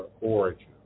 origin